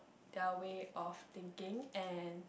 their way of thinking and